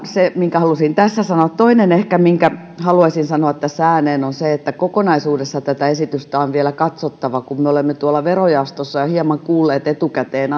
se minkä halusin tässä sanoa ehkä toinen asia minkä haluaisin sanoa tässä ääneen on se että kokonaisuudessa tätä esitystä on vielä katsottava me olemme tuolla verojaostossa jo hieman kuulleet etukäteen